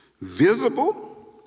visible